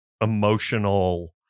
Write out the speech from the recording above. emotional